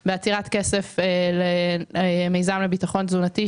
בעצירת כסף למיזם לביטחון תזונתי,